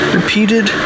repeated